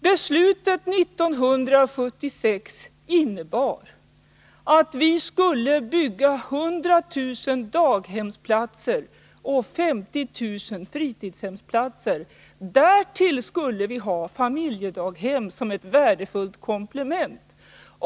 Beslutet 1976 innebar att vi skulle bygga 100 000 daghemsplatser och 50 000 fritidshemsplatser. Därtill skulle vi ha familjedaghem som ett värdefullt komplement.